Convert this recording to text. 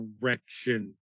direction